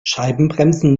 scheibenbremsen